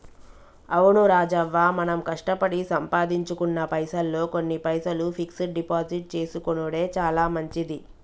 అవును రాజవ్వ మనం కష్టపడి సంపాదించుకున్న పైసల్లో కొన్ని పైసలు ఫిక్స్ డిపాజిట్ చేసుకొనెడు చాలా మంచిది